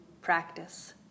practice